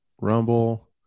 Rumble